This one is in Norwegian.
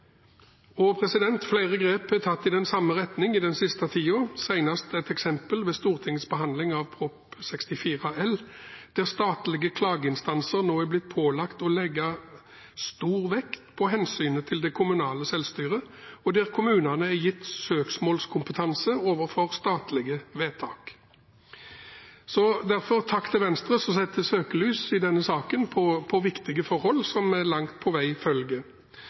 flere grep er tatt i den samme retning den siste tiden. Det seneste eksemplet var med Stortingets behandling av Prop. 64 L for 2016–2017, der statlige klageinstanser nå er blitt pålagt å legge stor vekt på hensynet til det kommunale selvstyret, og der kommunene er gitt søksmålskompetanse overfor statlige vedtak. Jeg vil derfor rette en takk til Venstre som i denne saken setter søkelys på viktige forhold, som vi langt på vei